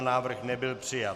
Návrh nebyl přijat.